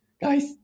Guys